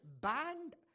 banned